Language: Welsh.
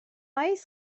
oes